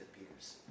appears